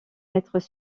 maîtres